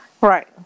Right